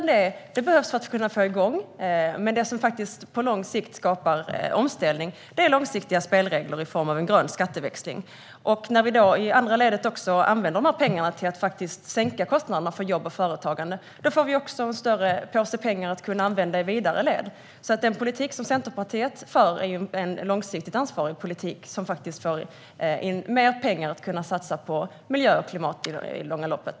Dessa behövs för att kunna komma igång, men det som skapar omställning på lång sikt är långsiktiga spelregler i form av en grön skatteväxling. När vi i andra ledet använder pengarna till att sänka kostnaderna för jobb och företagande får vi en större påse pengar att använda i senare led. Den politik som Centerpartiet för är en långsiktigt ansvarig politik för att få mer pengar att satsa på miljö och klimat i långa loppet.